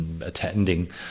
attending